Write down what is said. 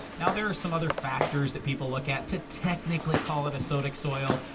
now there are some other factors that people look at to technically call it a sodic soil,